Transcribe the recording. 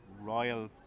royal